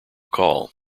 call